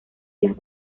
las